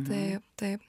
taip taip